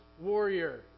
warrior